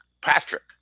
Patrick